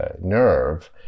nerve